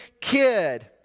kid